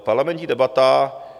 Parlamentní debata.